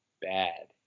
bad